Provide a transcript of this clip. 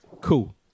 cool